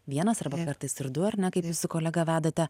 vienas arba kartais ir du ar ne kaip jūs su kolega vedate